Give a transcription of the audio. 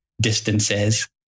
distances